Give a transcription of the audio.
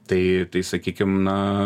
tai sakykim na